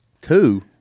Two